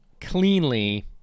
cleanly